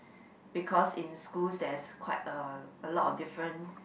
because in schools there's quite a a lot of different